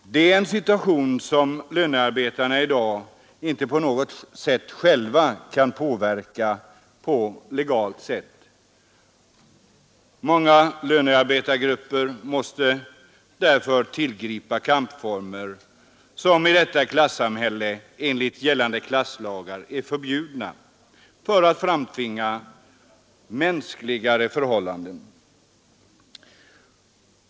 Detta är en situation som lönearbetarna i dag inte på något sätt själva kan påverka på legalt sätt. Många lönearbetargrupper måste därför tillgripa kampformer, som i detta klassamhälle enligt gällande klasslagar är förbjudna. Detta sker dock för att framtvinga mänskligare förhållanden.